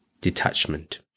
detachment